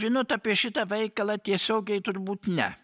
žinot apie šitą veikalą tiesiogiai turbūt ne